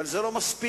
אבל זה לא מספיק